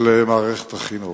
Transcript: של מערכת החינוך.